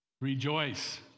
Rejoice